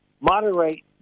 moderate